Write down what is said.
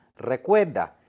recuerda